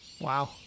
wow